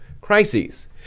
crises